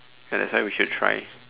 ya that's why we should try